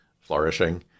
flourishing